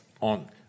on